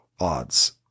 odds